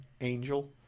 Angel